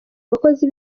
abakozi